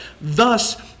Thus